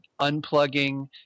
unplugging